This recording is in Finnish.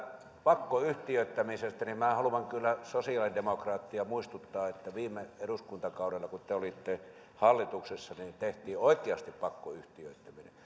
pakkoyhtiöittämisestä niin minä haluan kyllä sosiaalidemokraatteja muistuttaa että viime eduskuntakaudella kun te te olitte hallituksessa tehtiin oikeasti pakkoyhtiöittäminen